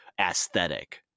aesthetic